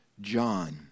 John